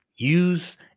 Use